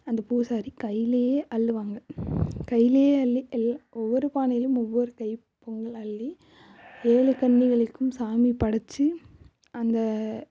அந்த பூசாரி கையிலையே அள்ளுவாங்க கையிலையே அள்ளி எல் ஒவ்வொரு பானையிலும் ஒவ்வொரு கை பொங்கல் அள்ளி ஏழு கன்னிகளுக்கும் சாமி படச்சு அந்த